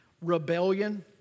Rebellion